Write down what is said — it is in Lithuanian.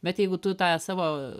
bet jeigu tu tą savo